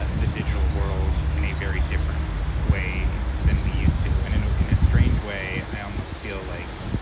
ah the digital world in a very different way than we used to. and in ah in a strange way, i almost feel like,